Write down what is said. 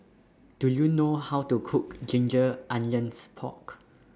Do YOU know How to Cook Ginger Onions Pork